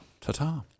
Ta-ta